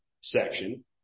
section